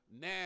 now